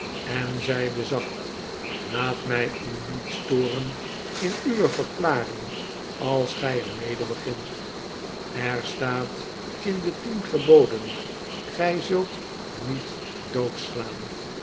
en zeide zacht laat mij u niet storen in uwe verklaring als gij er mede begint er staat in de tien geboden gg zult niet doodslaan